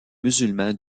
musulmans